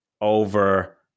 over